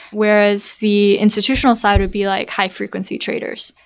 whereas the institutional side would be like high-frequency traders.